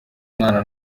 mwana